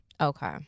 Okay